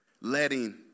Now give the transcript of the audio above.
letting